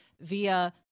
via